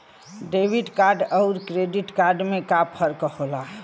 Debit card अउर credit card में का फर्क होला?